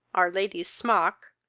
our lady's smock,